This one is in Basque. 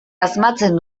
asmatzen